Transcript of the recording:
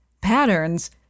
patterns